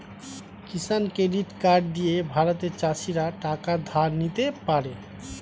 কিষান credit card দিয়ে ভারতের চাষীরা টাকা ধার নিতে পারে